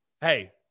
Hey